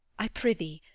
i prithee,